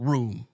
Room